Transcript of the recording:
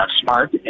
smart